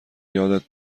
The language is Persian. یادت